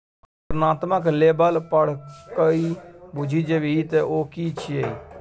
वर्णनात्मक लेबल पढ़िकए बुझि जेबही जे ओ कि छियै?